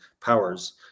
powers